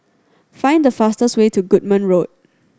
find the fastest way to Goodman Road